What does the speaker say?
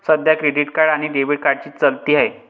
सध्या credit card आणि debit कार्डची चलती आहे